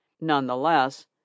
Nonetheless